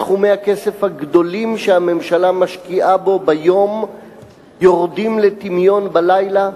סכומי הכסף הגדולים שהממשלה משקיעה בו ביום יורדים לטמיון בלילה,